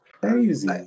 crazy